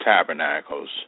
tabernacles